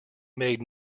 made